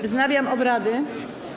Wznawiam obrady.